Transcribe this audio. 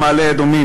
בקריית-ארבע,